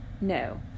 No